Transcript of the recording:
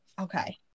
Okay